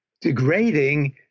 degrading